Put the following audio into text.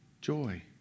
joy